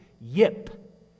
yip